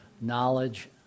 knowledge